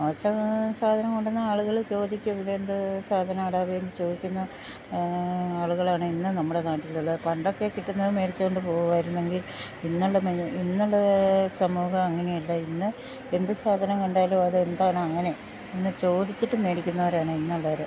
മോശം സാധനം കൊണ്ടന്നാ ആളുകൾ ചോദിക്കും ഇതെന്ത് സാധനാടാവേന്ന് ചോദിക്കുന്ന ആളുകളാണ് ഇന്ന് നമ്മുടെ നാട്ടിൽ ഉള്ള പണ്ടൊക്കെ കിട്ടുന്നതും മേടിച്ചോണ്ട് പോവായിര്ന്നെങ്കി ഇന്ന്ള്ള ഇന്ന്ള്ള സമൂഹ അങ്ങനെയല്ല ഇന്ന് എന്ത് സാധനം കണ്ടാലു അതെന്താണങ്ങനെ എന്ന് ചോദിച്ചിട്ട് മേടിക്ക്ന്നവരാണ് ഇന്നുള്ളവര്